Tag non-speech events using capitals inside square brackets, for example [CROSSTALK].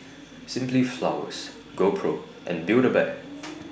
[NOISE] Simply Flowers GoPro and Build A Bear